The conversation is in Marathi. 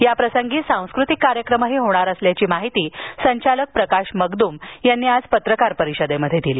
याप्रसंगी सांस्कृतिक कार्यक्रमही होणार असल्याची माहिती संचालक प्रकाश मगदूम यांनी आज पत्रकार परिषदेत दिली